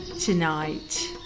tonight